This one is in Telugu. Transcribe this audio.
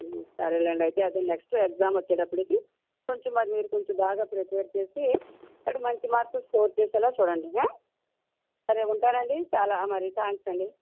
సరేలేండి అయితే నెక్స్ట్ ఎగ్సామ్ వచ్చేటప్పటికి కొంచెం మరి కొంచెం బాగా ప్రిపేర్ చేసి వాడు మంచి మార్క్స్ స్కోర్ చేసేలాగా చూడండి సరే ఉంటాను అండి చాలా మరి థ్యాంక్స్ అండి